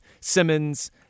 Simmons